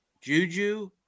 Juju